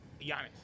Giannis